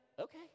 okay